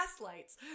lights